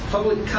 Public